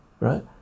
right